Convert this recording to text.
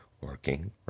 working